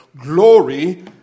glory